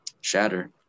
shatter